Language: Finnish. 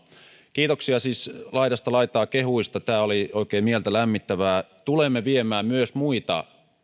kiitoksia siis laidasta laitaan kehuista tämä oli oikein mieltä lämmittävää tulemme viemään myös muita